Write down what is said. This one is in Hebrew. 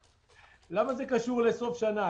למה זה קשור לסוף שנה?